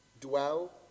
dwell